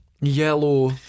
yellow